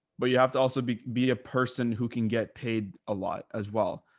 but you have to also be, be a person who can get paid a lot as well.